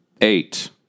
Eight